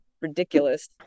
ridiculous